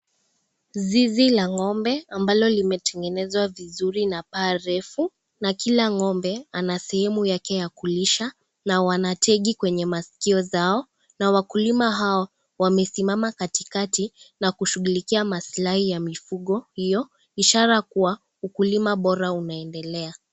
Zizi la ngombe ambalo limetengenezwa vizuri na paa refu, na kila ngombe ana sehemu yake ya kulisha, na wanategi kwenye masikyo zao, na wakulima hao wamesimama katikati na kushughulikia masilahi ya mifugo, hiyo ishara kuwa ukulima bora unaendelea.